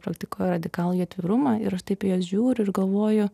praktikuoja radikalųjį atvirumą ir taip į juos žiūriu ir galvoju